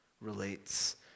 relates